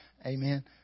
amen